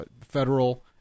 federal